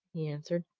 he answered.